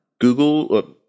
Google